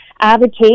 advocate